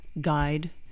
guide